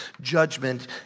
judgment